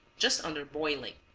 just under boiling.